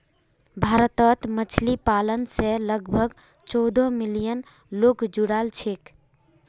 भारतत मछली पालन स लगभग चौदह मिलियन लोग जुड़ाल छेक